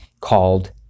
called